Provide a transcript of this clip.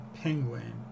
Penguin